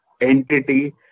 entity